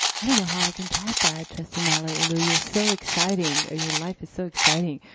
i don't know how i can top that, trustee malauulu. you're so exciting, ah your life is so exciting.